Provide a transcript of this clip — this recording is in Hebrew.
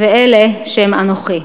ואלה שהם "אנוכי".